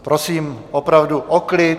Prosím opravdu o klid.